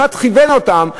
אחד כיוון אותם.